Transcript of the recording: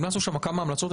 המלצנו שם כמה המלצות,